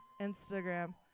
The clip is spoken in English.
Instagram